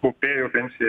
kaupėjų pensijai